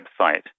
website